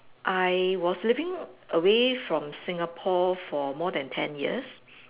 I was living away from Singapore for more than ten years